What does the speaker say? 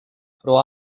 pro